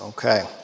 Okay